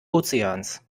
ozeans